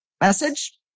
message